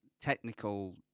technical